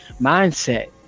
mindset